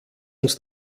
uns